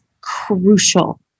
crucial